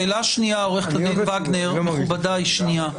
סליחה,